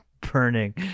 burning